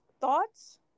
thoughts